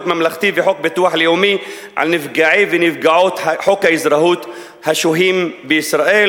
ממלכתי וחוק ביטוח לאומי על נפגעי ונפגעות חוק האזרחות השוהים בישראל,